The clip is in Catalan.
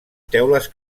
teules